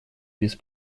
без